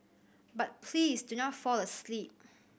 but please do not fall asleep